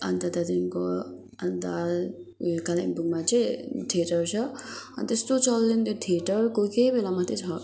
अन्त त्यहाँदेखिको अन्त हाल कालिम्पोङमा चाहिँ थिएटर छ अन्त त्यस्तो चल्दैन त्यो थिएटर कोही कोही बेला मात्रै छ